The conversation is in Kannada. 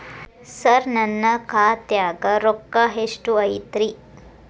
ಸರ ನನ್ನ ಖಾತ್ಯಾಗ ರೊಕ್ಕ ಎಷ್ಟು ಐತಿರಿ?